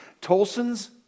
Tolson's